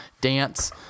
dance